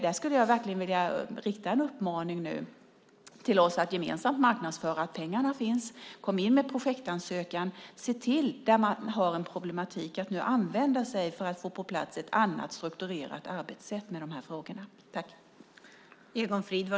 Där skulle jag verkligen vilja rikta en uppmaning till oss att gemensamt marknadsföra att pengarna finns. Kom in med en projektansökan! Se till att där man har en problematik använda sig av detta för att få på plats ett annat, strukturerat arbetssätt för de här frågorna.